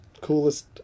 coolest